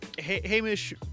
Hamish